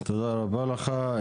תודה רבה לך.